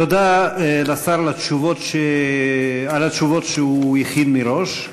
תודה לשר על התשובות שהוא הכין מראש,